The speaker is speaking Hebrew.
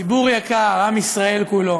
תמשכו, תמשכו, תמשכו, די כבר עם זה, די, נו,